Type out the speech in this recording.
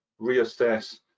reassess